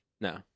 No